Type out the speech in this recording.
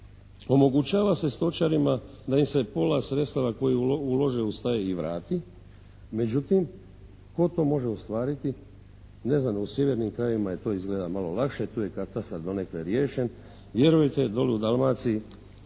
omogućava se stočarima da im se pola sredstava koje ulože u staje i vrati. Međutim tko to može ostvariti. Ne znam, u sjevernim krajevima je to izgleda malo lakše. Tu je katastar donekle riješen. Vjerujte dole u Dalmaciji